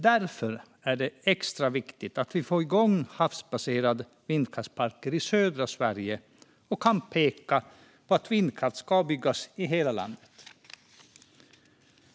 Därför är det extra viktigt att vi får igång havsbaserade vindkraftsparker i södra Sverige och kan peka på att vindkraft ska byggas i hela landet.